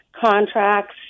contracts